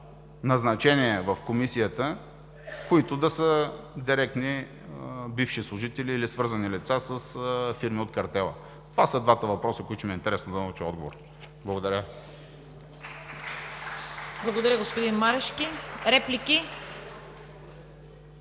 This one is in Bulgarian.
назначения в Комисията, които да са директни бивши служители, или свързани лица с фирми от картела? Това са двата въпроса, на които ще ми е интересно да науча отговора. Благодаря. (Ръкопляскания от „Воля“.)